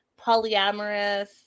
polyamorous